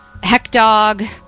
Heckdog